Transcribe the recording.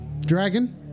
Dragon